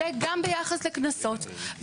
גם ביחס לקנסות.